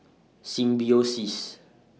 Symbiosis